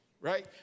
right